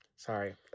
Sorry